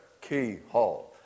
keyhole